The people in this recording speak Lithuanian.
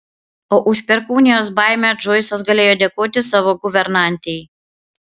o už perkūnijos baimę džoisas galėjo dėkoti savo guvernantei